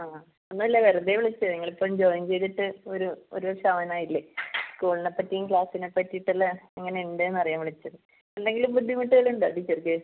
ആ ഒന്നുമില്ല വെറുതേ വിളിച്ചതാണ് നിങ്ങൾ ഇപ്പോൾ ജോയിൻ ചെയ്തിട്ട് ഒരു ഒരു വർഷം ആവാനായില്ലേ സ്കൂളിനെ പറ്റിയും ക്ലാസ്സിനെ പറ്റിയിട്ടുമുള്ള എങ്ങനെയുണ്ട് എന്ന് അറിയാൻ വിളിച്ചതാണ് എന്തെങ്കിലും ബുദ്ധിമുട്ടുകളുണ്ടോ ടീച്ചർക്ക്